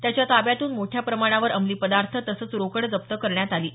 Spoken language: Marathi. त्याच्या ताब्यातून मोठ्या प्रमाणावर अंमली पदार्थ तसंच रोकड जप्त करण्यात आली आहे